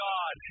God